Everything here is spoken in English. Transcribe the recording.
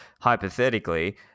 hypothetically